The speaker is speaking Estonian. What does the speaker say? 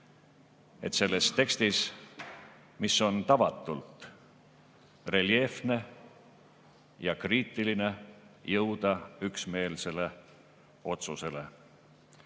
selles tekstis, mis on tavatult reljeefne ja kriitiline, üksmeelsele otsusele.